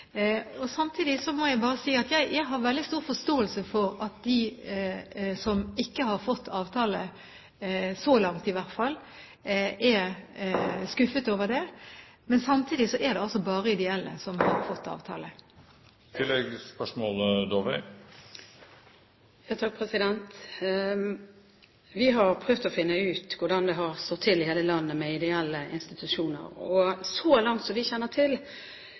Samtidig må jeg bare si at jeg har veldig stor forståelse for at de som ikke har fått avtale – så langt i hvert fall – er skuffet over det, men det er altså bare ideelle som har fått avtale. Vi har prøvd å finne ut hvordan det har stått til i hele landet med ideelle institusjoner. Så langt vi kjenner til,